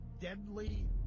deadly